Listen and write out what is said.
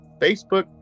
Facebook